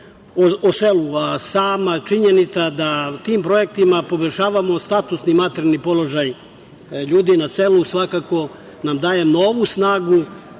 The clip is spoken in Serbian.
o selu. Sama činjenica da tim projektima poboljšavamo statusni i materijalni položaj ljudi na selu, svakako nam daje novu snagu